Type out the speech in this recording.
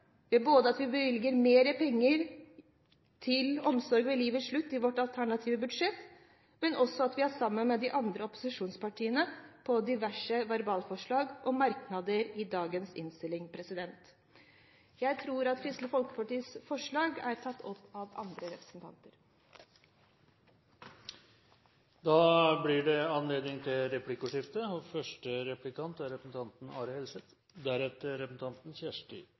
til dette både ved at vi i vårt alternative budsjett bevilger mer penger til omsorg ved livets slutt, og ved at vi er sammen med de andre opposisjonspartiene om diverse verbalforslag og merknader i dagens innstilling. Jeg tror at Kristelig Folkepartis forslag er tatt opp av andre representanter. Det blir replikkordskifte. Kristelig Folkeparti har et godt hjerte for ideell sektor. Det er